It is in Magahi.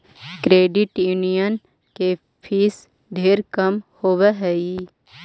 क्रेडिट यूनियन के फीस ढेर कम होब हई